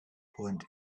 point